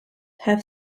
have